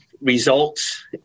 results